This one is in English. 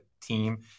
team